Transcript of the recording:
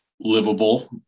livable